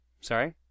Sorry